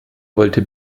wollte